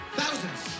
thousands